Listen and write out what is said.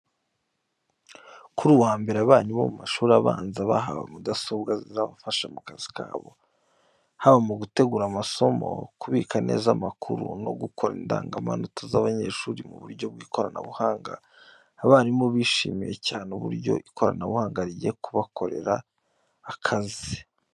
Kuri uyu wa mbere abarimu bo mu mashuri abanza bahawe mudasobwa zizabafasha mu kazi kabo, haba mu gutegura amasomo, kubika neza amakuru no gukora indangamanota z’abanyeshuri mu buryo bw’ikoranabuhanga. Abarimu bishimiye cyane uburyo ikoranabuhanga rigiye kuborohereza akazi.